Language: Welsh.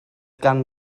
gan